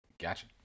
Gotcha